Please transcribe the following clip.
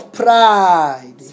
pride